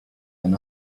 than